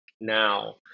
now